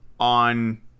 on